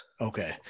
Okay